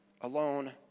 alone